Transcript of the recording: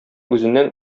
үзеннән